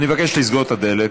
אני מבקש לסגור את הדלת.